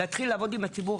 להתחיל לעבוד עם הציבור.